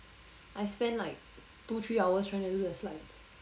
I spent like two three hours trying to do the slides